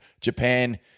Japan